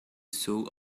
soul